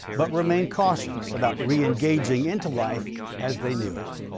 but remain cautious about reengaging into life as they knew it.